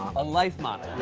a life model.